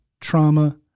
trauma